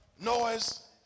noise